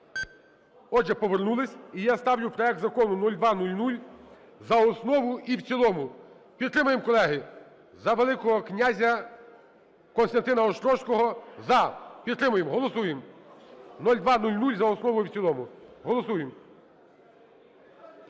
Отже, повернулися. І я ставлю проект Закону 0200 за основу і в цілому. Підтримаємо, колеги. За великого князя Костянтина Острозького. За – підтримаємо. Голосуємо 0200 за основу і в цілому. Голосуємо.